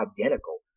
identical